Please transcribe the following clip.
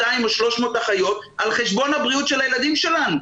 200 או 300 אחיות על חשבון הבריאות של הילדים שלנו,